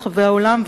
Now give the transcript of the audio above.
בכל רחבי העולם,